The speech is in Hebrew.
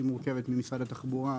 שמורכבת ממשרד התחבורה,